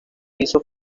piso